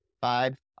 Five